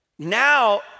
Now